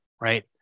right